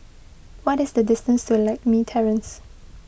what is the distance to Lakme Terrace